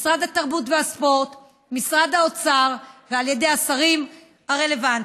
משרד התרבות והספורט ומשרד האוצר ועל ידי השרים הרלוונטיים.